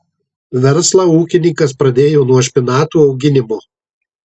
verslą ūkininkas pradėjo nuo špinatų auginimo